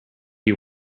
you